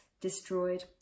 destroyed